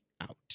out